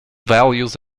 values